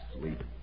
sleep